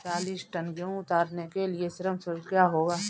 चालीस टन गेहूँ उतारने के लिए श्रम शुल्क क्या होगा?